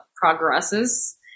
progresses